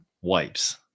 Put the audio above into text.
wipes